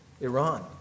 Iran